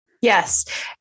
yes